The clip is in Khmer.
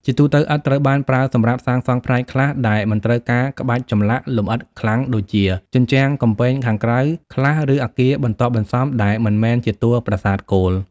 ជាទូទៅ ឥដ្ឋត្រូវបានប្រើសម្រាប់សាងសង់ផ្នែកខ្លះដែលមិនត្រូវការក្បាច់ចម្លាក់លម្អិតខ្លាំងដូចជា ជញ្ជាំងកំពែងខាងក្រៅ ខ្លះ ឬ អគារបន្ទាប់បន្សំ ដែលមិនមែនជាតួប្រាសាទគោល។